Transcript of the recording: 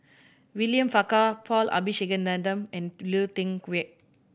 William Farquhar Paul Abisheganaden and Lui Tuck Yew